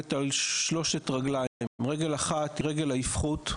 על שלוש רגליים: הרגל האחת היא רגל האִפְחוּת,